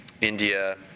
India